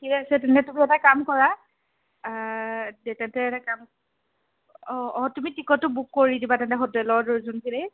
ঠিক আছে তেন্তে তুমি এটা কাম কৰা তেন্তে এটা কাম অঁ অঁ তুমি টিকটটো বুক কৰি দিবা তেন্তে হোটেলৰ যিখিনি